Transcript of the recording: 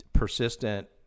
persistent